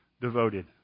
devoted